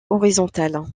horizontales